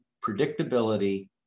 predictability